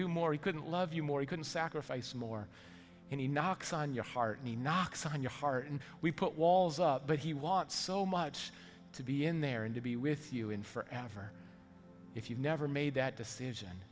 do more he couldn't love you more he couldn't sacrifice more and he knocks on your heart and he knocks on your heart and we put walls up but he wants so much to be in there and to be with you in for and for if you've never made that decision